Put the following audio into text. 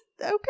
okay